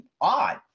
odd